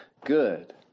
good